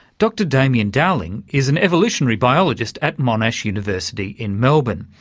dr damian dowling is an evolutionary biologist at monash university in melbourne,